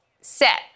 set